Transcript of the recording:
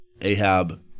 Ahab